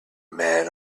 man